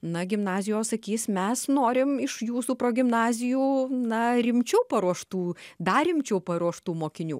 na gimnazijos sakys mes norim iš jūsų progimnazijų na rimčiau paruoštų dar rimčiau paruoštų mokinių